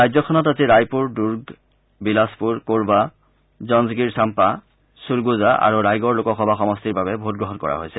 ৰাজ্যখনত আজি ৰায়পুৰ দুৰ্গ বিলাসপুৰ কোৰবা জঞ্জগীৰ ছাম্পা ছুৰণ্ডজা আৰু ৰায়গড় লোকসভা সমষ্টিৰ বাবে ভোটগ্ৰহণ কৰা হৈছে